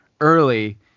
early